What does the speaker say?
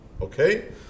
Okay